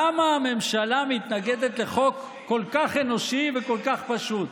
למה הממשלה מתנגדת לחוק כל כך אנושי וכל כך פשוט?